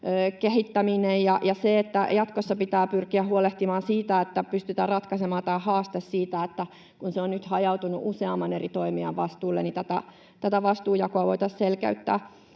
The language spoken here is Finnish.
kehittäminen ja se, että jatkossa pitää pyrkiä huolehtimaan siitä, että pystytään ratkaisemaan tämä haaste siitä, että kun se on nyt hajautunut useamman eri toimijan vastuulle, tätä vastuunjakoa voitaisiin selkeyttää.